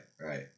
right